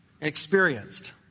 experienced